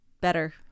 better